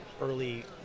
early